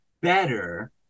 better